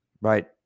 Right